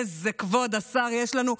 איזה כבוד השר יש לנו,